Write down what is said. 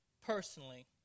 personally